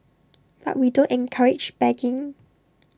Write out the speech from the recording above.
but we don't encourage begging